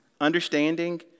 understanding